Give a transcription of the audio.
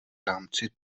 rámci